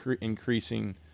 increasing